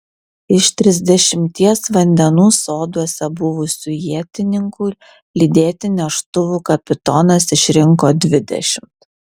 iš trisdešimties vandenų soduose buvusių ietininkų lydėti neštuvų kapitonas išrinko dvidešimt